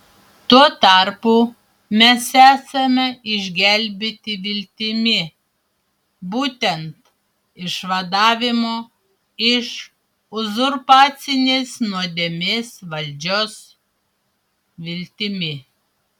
tuo tarpu mes esame išgelbėti viltimi būtent išvadavimo iš uzurpacinės nuodėmės valdžios viltimi